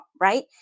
right